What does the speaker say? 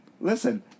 Listen